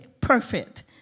perfect